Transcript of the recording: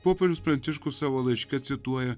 popiežius pranciškus savo laiške cituoja